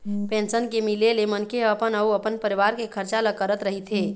pension के मिले ले मनखे ह अपन अउ अपन परिवार के खरचा ल करत रहिथे